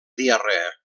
diarrea